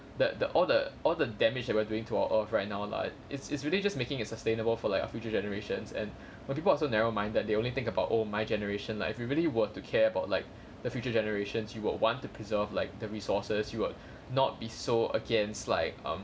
the the all the all the damage that were doing to our earth right now lah it's it's really just making it sustainable for like our future generations and what people are so narrow minded they only think about oh my generation like if you really were to care about like the future generations you would want to preserve like the resources you will not be so against like um